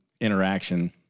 interaction